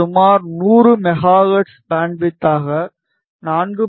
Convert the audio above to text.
சுமார் 100 megahertz பேண்ட்விட்தாக 4